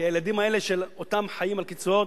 כי הילדים האלה שחיים על קצבאות,